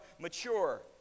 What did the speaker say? mature